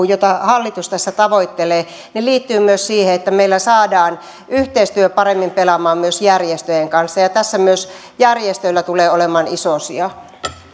jota hallitus tässä tavoittelee liittyy myös siihen että meillä saadaan yhteistyö paremmin pelaamaan myös järjestöjen kanssa ja tässä myös järjestöillä tulee olemaan iso sija